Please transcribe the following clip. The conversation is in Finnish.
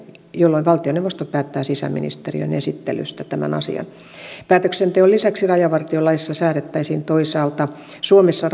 jolloin valtioneuvosto päättää sisäministeriön esittelystä tämän asian päätöksenteon lisäksi rajavartiolaissa säädettäisiin toisaalta suomessa